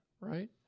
right